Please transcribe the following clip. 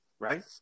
right